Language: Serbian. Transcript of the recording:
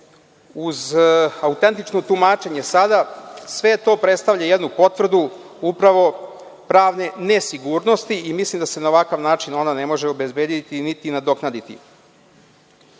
uz autentično tumačenje sada, sve to predstavlja jednu potvrdu upravo pravne nesigurnosti i mislim da se na ovakav način ona ne može obezbediti, niti nadoknaditi. Na